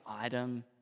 item